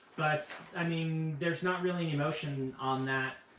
but, i mean, there's not really any motion on that.